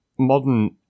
modern